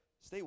Stay